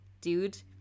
Dude